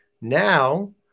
Now